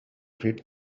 read